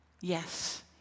Yes